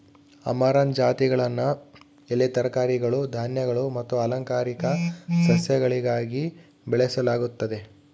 amaranth ಜಾತಿಗಳನ್ನು ಎಲೆ ತರಕಾರಿಗಳು ಧಾನ್ಯಗಳು ಮತ್ತು ಅಲಂಕಾರಿಕ ಸಸ್ಯಗಳಾಗಿ ಬೆಳೆಸಲಾಗುತ್ತದೆ